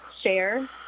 share